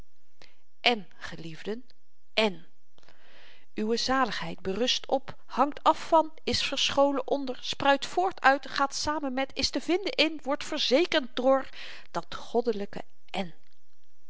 en geliefden en uwe zaligheid berust op hangt af van is verscholen onder spruit voort uit gaat samen met is te vinden in wordt verzekerd door dat goddelyke en